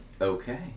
Okay